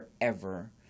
forever